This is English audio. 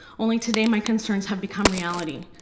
only today my concerns have become reality.